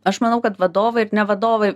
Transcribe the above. aš manau kad vadovai ir ne vadovai